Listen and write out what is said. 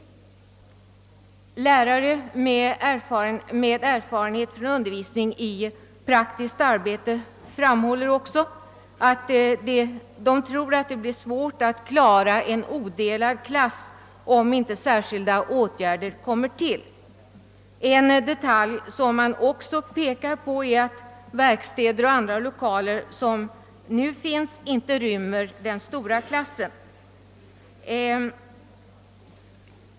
Lärare med erfarenhet från undervisning i praktiskt arbete framhåller att det blir svårt att klara en odelad klass, om inte särskilda åtgärder vidtas, En annan detalj som man pekar på är att nu befintliga verkstäder och 1lokaler inte rymmer den stora klassen.